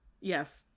yes